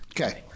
okay